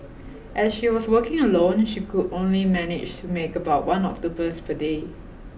as she was working alone she could only manage to make about one octopus per day